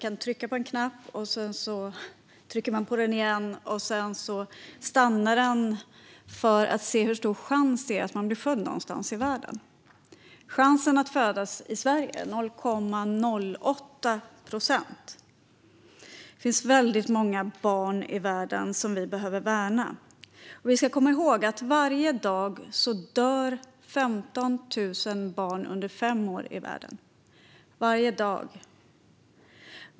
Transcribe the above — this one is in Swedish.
Man trycker på en knapp, och när man trycker på den igen stannar snurran och man kan se hur stor chansen är för var i världen man föds. Chansen att födas i Sverige är 0,08 procent. Det finns många barn i världen som vi behöver värna. Varje dag dör 15 000 barn under fem år i världen - varje dag.